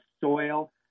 soil